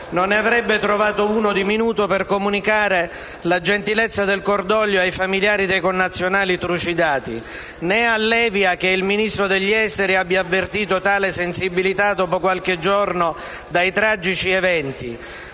non ne avrebbe trovato uno per comunicare la gentilezza del cordoglio ai familiari dei connazionali trucidati, né allevia che il Ministro degli affari esteri abbia avvertito tale sensibilità dopo qualche giorno dai tragici eventi.